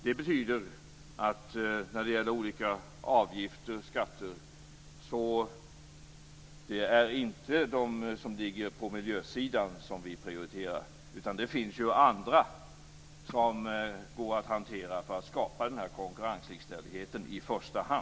Det betyder att vi inte prioriterar de olika avgifter och skatter som ligger på miljösidan. Det finns annat som man i första hand kan hantera för att skapa denna konkurrenslikställighet.